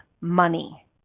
money